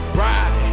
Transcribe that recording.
ride